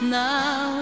now